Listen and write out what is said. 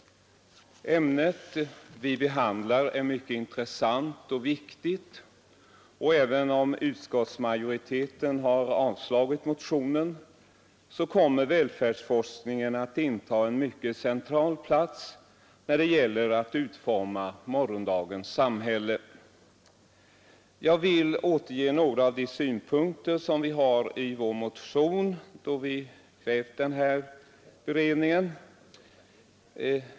Ämnet vi behandlar är mycket intressant och viktigt. Även om utskottsmajoriteten har avstyrkt motionen kommer välfärdsforskningen att inta en mycket central plats när det gäller att utforma morgondagens samhälle. Jag vill återge några av de synpunkter som vi har anfört i vår motion då vi krävt en sådan beredning.